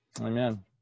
Amen